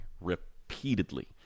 repeatedly